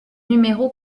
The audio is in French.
numéro